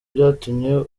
byatumye